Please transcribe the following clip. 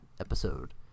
episode